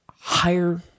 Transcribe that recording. higher